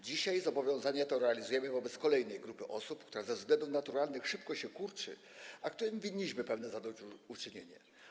Dzisiaj zobowiązanie to realizujemy wobec kolejnej grupy osób, która ze względów naturalnych szybko się kurczy, a której winniśmy pewne zadośćuczynienie.